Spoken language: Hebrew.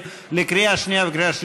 כי המגמה,